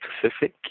Pacific